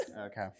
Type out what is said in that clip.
okay